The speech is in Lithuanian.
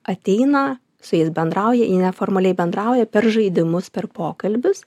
ateina su jais bendrauja į neformaliai bendrauja per žaidimus per pokalbius